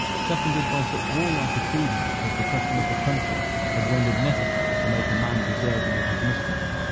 seconded by such warlike achievements as the custom of the country had rendered necessary to make a man deserving of his mistress.